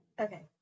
Okay